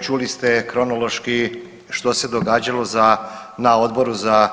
Čuli ste kronološki što se događalo na Odboru za